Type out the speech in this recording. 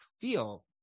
feel